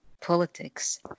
politics